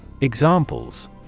Examples